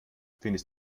findest